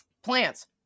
Plants